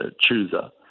chooser